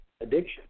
addiction